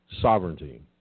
sovereignty